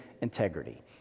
integrity